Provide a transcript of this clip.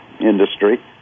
industry